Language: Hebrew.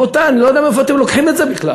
רבותי, אני לא יודע מאיפה אתם לוקחים את זה בכלל.